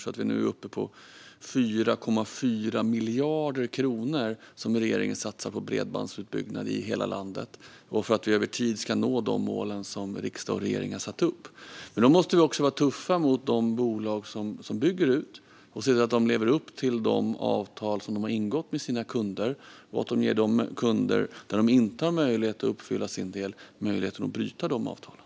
Vi är nu uppe på 4,4 miljarder kronor som regeringen satsar på bredbandsutbyggnad i hela landet, för att vi över tid ska nå de mål som riksdag och regering har satt upp. Men då måste vi också vara tuffa mot de bolag som bygger ut och se till att de lever upp till de avtal som de har ingått med sina kunder. I de fall där bolagen inte har möjlighet att uppfylla sin del måste de ge dessa kunder möjlighet att bryta avtalet.